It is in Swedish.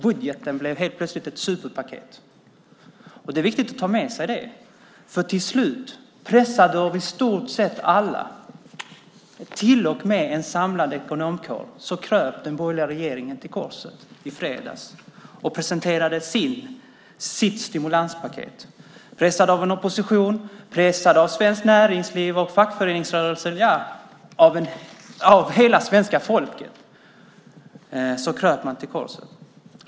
Budgeten blev helt plötsligt ett superpaket. Till slut, pressad av i stort sett alla, till och med av en samlad ekonomkår, kröp den borgerliga regeringen till korset i fredags och presenterade sitt stimulanspaket. Pressad av oppositionen, av Svenskt Näringsliv, av fackföreningsrörelsen och ja, av hela svenska folket, kröp man till korset.